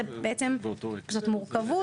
זאת מורכבות,